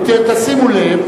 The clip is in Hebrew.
תשימו לב.